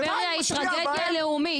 טבריה היא טרגדיה לאומית.